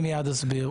אני מייד אסביר.